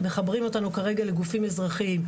מחברים אותנו כרגע לגופים אזרחיים,